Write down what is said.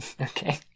Okay